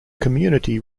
community